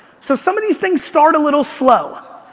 so some of these things start a little slow.